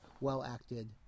well-acted